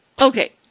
okay